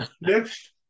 Next